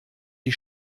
die